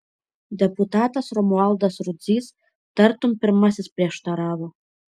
deputatas romualdas rudzys tartum pirmasis prieštaravo